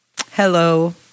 Hello